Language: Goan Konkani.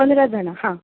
पंदरा जाणां हां